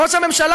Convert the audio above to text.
ראש הממשלה,